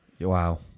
Wow